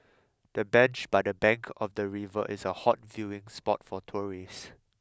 the bench by the bank of the river is a hot viewing spot for tourists